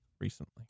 recently